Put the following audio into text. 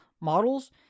models